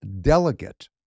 delegate